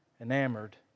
Enamored